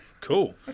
Cool